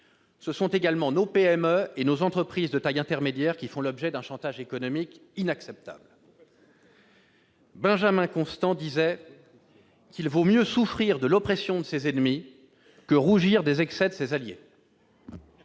qui sont menacés : nos PME et nos entreprises de taille intermédiaire font également l'objet d'un chantage économique inacceptable ! Benjamin Constant disait qu'il vaut mieux souffrir de l'oppression de ses ennemis que rougir des excès de ses alliés.